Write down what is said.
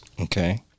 Okay